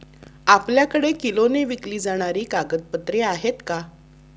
आपल्याकडे किलोने विकली जाणारी कागदपत्रे आहेत का?